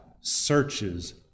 searches